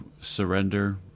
surrender